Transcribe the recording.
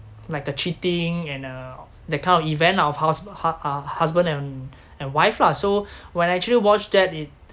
like uh cheating and uh that kind of event lah of hus~ hu~ uh husband and and wife lah so when I actually watched that it